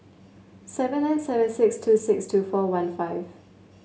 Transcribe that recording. seven nine seven six two six two four one five